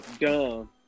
dumb